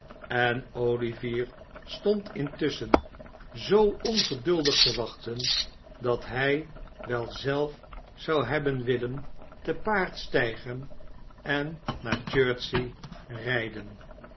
en olivier stond intusschen zoo ongeduldig te wachten dat hij wel zelf zou hebben willen te paard stijgen en naar chertsey rijden